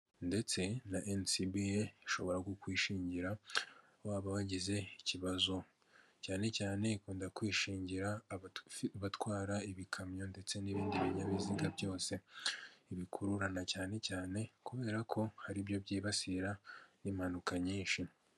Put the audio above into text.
Ndetse na NCBA ishobora kukwishingira waba wagize ikibazo, cyane cyane ikunda kwishingira abatwara ibikamyo ndetse n'ibindi binyabiziga byose. Ibikururana cyane cyane kubera ko aribyo byibasira n'impanuka nyinshi.